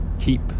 keep